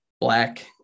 black